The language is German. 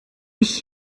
ich